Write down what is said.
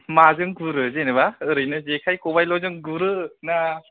माजों गुरो जेनोबा ओरैनो जेखाय खबाय ल'जों गुरो ना